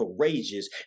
courageous